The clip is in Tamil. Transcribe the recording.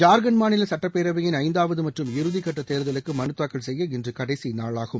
ஜார்க்கண்ட் மாநில சட்டப்பேரவையின் ஐந்தாவது மற்றும் இறுதிக் கட்ட தேர்தலுக்கு மனுதாக்கல் செய்ய இன்று கடைசி நாளாகும்